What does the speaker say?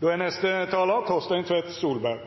Min gamle barneskole, Nylund skole i Stavanger, ble landskjent da